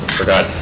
forgot